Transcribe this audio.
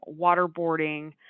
waterboarding